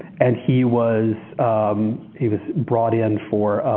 and he was he was brought in for